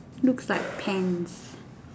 looks like pants